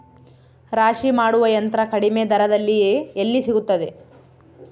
ರಾಶಿ ಮಾಡುವ ಯಂತ್ರ ಕಡಿಮೆ ದರದಲ್ಲಿ ಎಲ್ಲಿ ಸಿಗುತ್ತದೆ?